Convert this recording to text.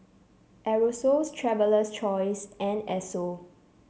Aerosoles Traveler's Choice and Esso